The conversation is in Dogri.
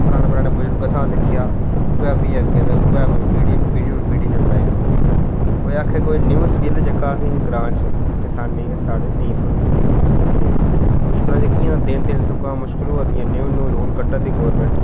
उ'यै जो पराने पराने बजुर्गें शा असें सिक्खेआ उयै फ्ही अग्गें ते उयै ते पीढ़ी पीढ़ी दर पीढ़ी चलदा जंदा कोई आक्खे कोई न्यू स्किल जेह्का असेंगी साढ़े ग्रांऽ च किसाने गी साढ़े नेईं थ्होंदा ते मुश्कलां जेह्कियां दिन दिन सगुआं मुश्कलां होआ दियां न्यू न्यू रूल कड्ढै दी गवर्नमेंट